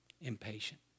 impatient